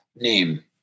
name